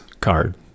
card